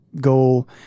goal